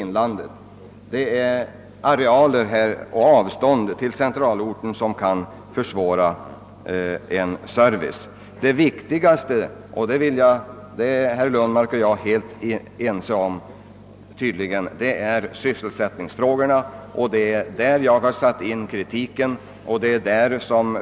I Norrlands inland är ju arealerna och avståndet till centralorten så stora att det kan komma att minska människornas möjligheter att utnyttja servicen. Det viktigaste — det är herr Lundmark och jag tydligen överens om — är sysselsättningsfrågorna. Det är på den punkten jag har satt in min kritik.